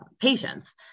patients